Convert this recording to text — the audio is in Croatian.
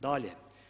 Dalje.